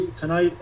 tonight